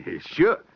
sure